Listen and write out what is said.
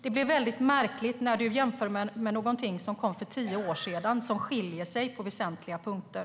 Det blir märkligt när Fredrik Christensson jämför med någonting som kom för tio år sedan och som skiljer sig från detta på väsentliga punkter.